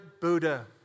Buddha